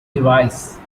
device